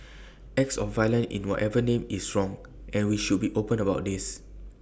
acts of violence in whatever name is wrong and we should be open about this